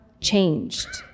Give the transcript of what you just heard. changed